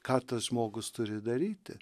ką tas žmogus turi daryti